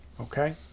Okay